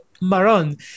Maron